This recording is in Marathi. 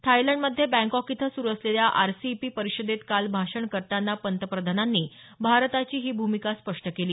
थायलंडमध्ये बँकॉक इथं सुरु असलेल्या आरसीईपी परिषदेत काल भाषण करताना पंतप्रधानांनी भारताची ही भूमिका स्पष्ट केली